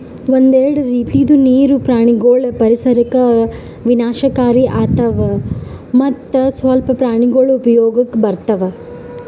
ಒಂದೆರಡು ರೀತಿದು ನೀರು ಪ್ರಾಣಿಗೊಳ್ ಪರಿಸರಕ್ ವಿನಾಶಕಾರಿ ಆತವ್ ಮತ್ತ್ ಸ್ವಲ್ಪ ಪ್ರಾಣಿಗೊಳ್ ಉಪಯೋಗಕ್ ಬರ್ತವ್